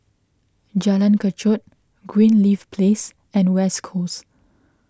Jalan Kechot Greenleaf Place and West Coast